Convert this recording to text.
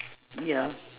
ya